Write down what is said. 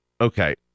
Okay